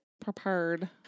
prepared